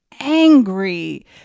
angry